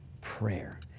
prayer